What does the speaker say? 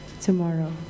tomorrow